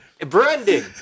Branding